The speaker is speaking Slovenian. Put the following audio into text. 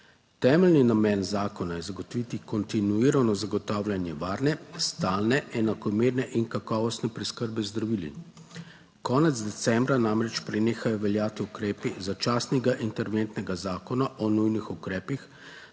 Temeljni namen zakona je zagotoviti kontinuirano zagotavljanje varne, stalne, enakomerne in kakovostne preskrbe z zdravili. Konec decembra namreč prenehajo veljati ukrepi začasnega interventnega zakona o nujnih ukrepih